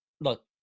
look